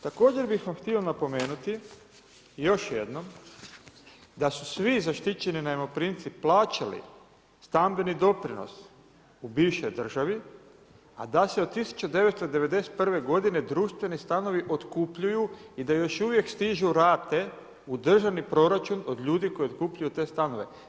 Također bih vam htio napomenuti, još jednom, da su svi zaštićeni najmoprimci plaćali stambeni doprinos u bivšoj državi, a da se od 1991. g. društveni stanovi otkupljuju i da još uvijek stižu rate u državni proračun od ljudi koji otkupljuju te stanove.